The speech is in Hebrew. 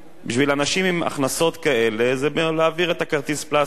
בשביל אנשים עם הכנסות כאלה זה להעביר את כרטיס הפלסטיק.